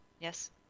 yes